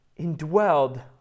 indwelled